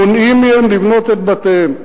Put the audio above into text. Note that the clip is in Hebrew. מונעים מהם לבנות את בתיהם.